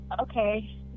Okay